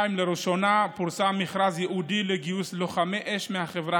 לראשונה פורסם מכרז ייעודי לגיוס לוחמי אש מהחברה